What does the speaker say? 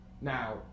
Now